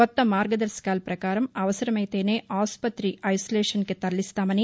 కొత్త మార్గ దర్భకాల ప్రకారం అవసరమైతేనే ఆసుపత్రి ఐసోలేషన్కు తరలిస్తామని